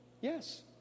Yes